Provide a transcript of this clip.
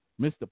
Mr